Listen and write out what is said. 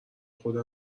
خودم